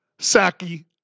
Saki